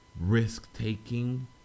risk-taking